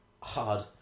hard